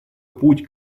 путь